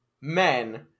men